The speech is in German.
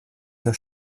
der